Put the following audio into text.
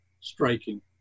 striking